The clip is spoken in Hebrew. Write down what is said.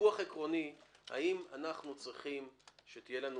עקרוני האם אנחנו צריכים שתהיה לנו